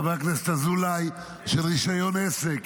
חבר הכנסת אזולאי, של רישיון עסק.